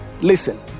Listen